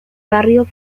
barrio